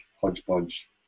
hodgepodge